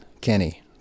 Kenny